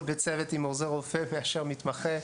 בצוות עם עוזר רופא מאשר עם מתמחה,